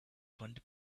twenty